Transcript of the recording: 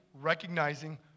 recognizing